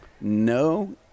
No